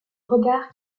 regard